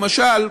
למשל,